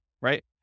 right